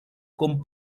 con